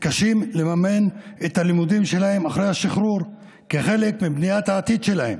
מתקשים לממן את הלימודים שלהם אחרי השחרור כחלק מבניית העתיד שלהם.